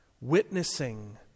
witnessing